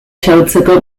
xahutzeko